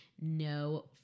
no